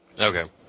Okay